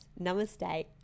Namaste